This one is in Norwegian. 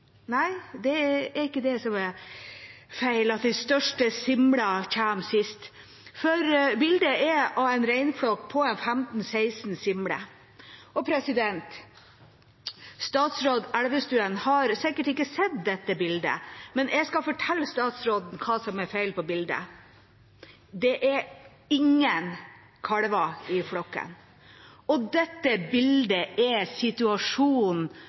Nei, det er ikke det som er feil, at den største simla kommer sist. Bildet er av en reinflokk på 15–16 simler. Statsråd Elvestuen har sikkert ikke sett dette bildet, men jeg skal fortelle statsråden hva som er feil på bildet: Det er ingen kalver i flokken. Dette bildet er situasjonen